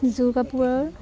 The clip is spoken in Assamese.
যোৰ কাপোৰৰ